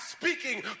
speaking